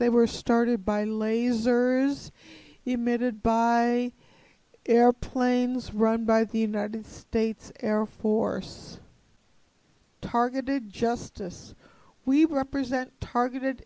they were started by lasers emitted by airplanes run by the united states air force targeted justice we were present targeted